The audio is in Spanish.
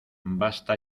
basta